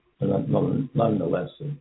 nonetheless